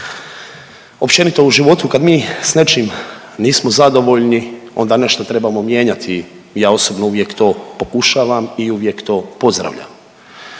Općenito u životu kad mi s nečim nismo zadovoljni onda nešto trebamo mijenjati, ja osobno uvijek to pokušavam i uvijek to pozdravljam.